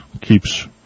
keeps